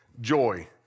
joy